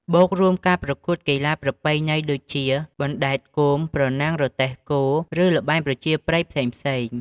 បូករួមការប្រកួតកីឡាប្រពៃណីដូចជា បណ្ដែតគោម ប្រណាំងរទេះគោ ឬល្បែងប្រជាប្រិយផ្សេងៗ។